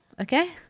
okay